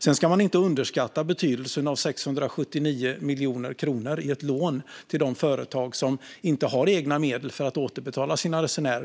Sedan ska man inte underskatta betydelsen av 679 miljoner kronor i ett lån till de företag som inte har egna medel för att återbetala sina resenärer.